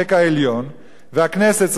והכנסת צריכה למלא את דברו,